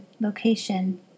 location